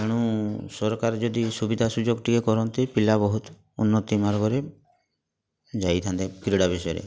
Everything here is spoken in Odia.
ତେଣୁ ସରକାର ଯଦି ସୁବିଧା ସୁଯୋଗ ଟିକେ କରନ୍ତେ ପିଲା ବହୁତ ଉନ୍ନତି ମାର୍ଗରେ ଯାଇଥାନ୍ତେ କ୍ରୀଡ଼ା ବିଷୟରେ